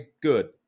good